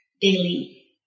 daily